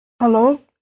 Hello